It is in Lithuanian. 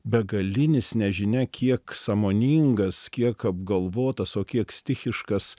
begalinis nežinia kiek sąmoningas kiek apgalvotas o kiek stichiškas